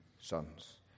sons